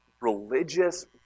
religious